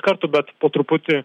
karto bet po truputį